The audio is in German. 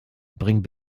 bring